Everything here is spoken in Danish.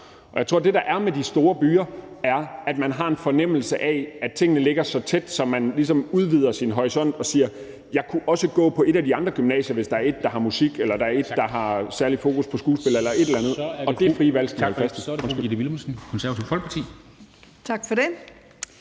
Jeg tror, at det, der er med de store byer, er, at man har en fornemmelse af, at tingene ligger så tæt, at man ligesom kan udvide sin horisont ved at sige, at man også kunne gå på et af de andre gymnasier, hvis der er et gymnasium, der har musik eller har et særligt fokus på skuespil